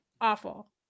awful